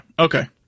Okay